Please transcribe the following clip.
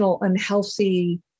unhealthy